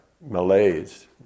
malaise